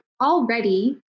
already